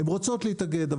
הן רוצות להתאגד,